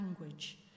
language